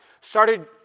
Started